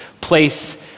place